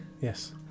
Yes